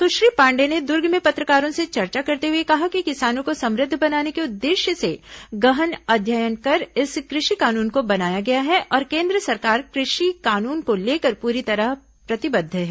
सुश्री पांडेय ने दुर्ग में पत्रकारों से चर्चा करते हुए कहा कि किसानों को समृद्ध बनाने के उद्देश्य से गहन अध्ययन कर इस कृषि कानून को बनाया गया है और केन्द्र सरकार कृषि कानून को लेकर पूरी तरह प्रतिबद्ध है